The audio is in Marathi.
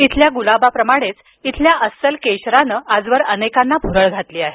इथल्या गुलाबाप्रमाणेच इथल्या अस्सल केशरानं आजवर अनेकांना भुरळ घातली आहे